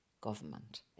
government